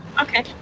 Okay